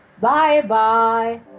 Bye-bye